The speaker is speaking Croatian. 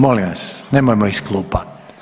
Molim vas nemojmo iz klupa.